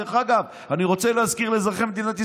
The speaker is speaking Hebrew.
דרך אגב, אני רוצה להזכיר לאזרחי מדינת ישראל: